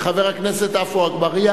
וחבר הכנסת עפו אגבאריה,